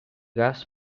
gas